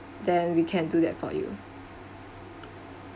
then we can do that for you